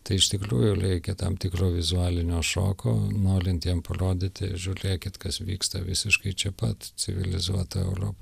tai iš tikrųjų reikia tam tikro vizualinio šoko norint jiem parodyti žiūrėkit kas vyksta visiškai čia pat civilizuota europa